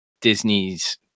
Disney's